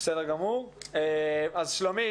שלומי